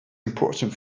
important